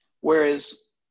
whereas